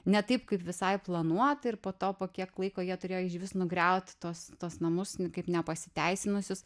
ne taip kaip visai planuota ir po to po kiek laiko jie turėjo išvis nugriauti tuos tuos namus kaip nepasiteisinusius